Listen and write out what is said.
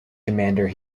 commander